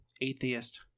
atheist